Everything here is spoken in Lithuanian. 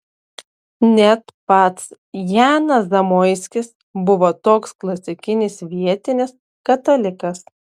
net pats janas zamoiskis buvo toks klasikinis vietinis katalikas